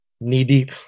knee-deep